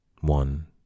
one